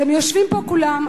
אתם יושבים פה כולכם,